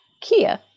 Kia